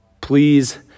please